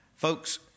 Folks